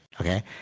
Okay